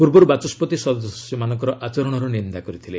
ପୂର୍ବରୁ ବାଚସ୍ୱତି ସଦସ୍ୟମାନଙ୍କର ଆଚରଣର ନିନ୍ଦା କରିଥିଲେ